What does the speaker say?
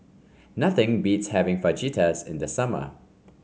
nothing beats having Fajitas in the summer